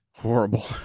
horrible